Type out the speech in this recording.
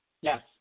Yes